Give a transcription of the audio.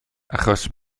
achos